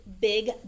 big